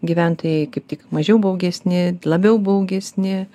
gyventojai kaip tik mažiau baugesni labiau baugesni